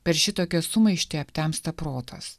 per šitokią sumaištį aptemsta protas